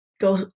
go